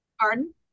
pardon